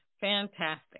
Fantastic